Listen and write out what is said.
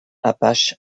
apache